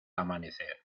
amanecer